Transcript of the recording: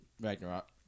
Ragnarok